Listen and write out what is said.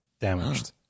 damaged